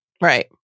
Right